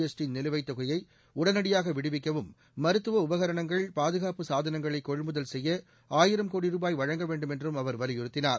ST நிலுவைத் தொகையை உடனடியாக விடுவிக்கவும் மருத்துவ உபகரணங்கள் பாதுகாப்பு சாதனங்களை கொள்முதல் செய்ய ஆயிரம் கோடி ரூபாய் வழங்க வேண்டும் என்றும் அவர் வலியுறுத்தினார்